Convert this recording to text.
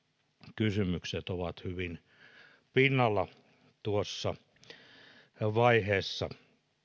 kysymykset ovat hyvin pinnalla tuossa vaiheessa